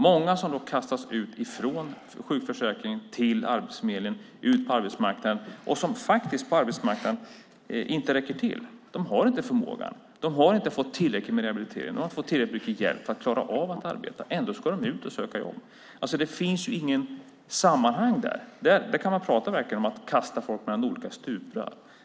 Många kastas ut från sjukförsäkringen till Arbetsförmedlingen, ut på arbetsmarknaden, men räcker faktiskt inte till på arbetsmarknaden. De har inte förmågan. De har inte fått tillräckligt med rehabilitering eller tillräcklig hjälp för att klara av att arbeta. Ändå ska de ut och söka jobb. Det finns inget sammanhang där. Där kan man verkligen prata om att kasta folk mellan olika stuprör.